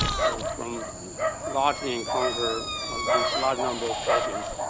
so from largely encounter with large number of patients,